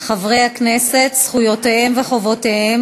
חברי הכנסת, זכויותיהם וחובותיהם